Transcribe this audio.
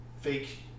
fake